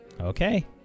Okay